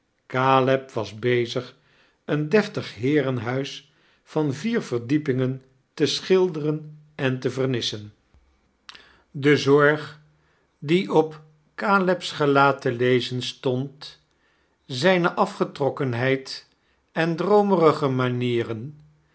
was bezig een deftig heerenhuis van vier verdiepingen te schilderen en te vernissen chaeles dickens de zorg die op caleb's gelaat te lezen stond zijne afgetrokkenheid ein droomerige manieren